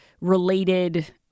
related